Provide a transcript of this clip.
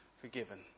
forgiven